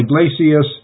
Iglesias